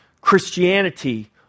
Christianity